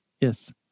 Yes